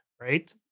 Right